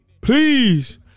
please